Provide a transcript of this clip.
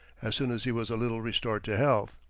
as soon as he was a little restored to health.